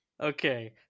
Okay